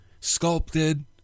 sculpted